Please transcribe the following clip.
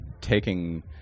taking